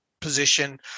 position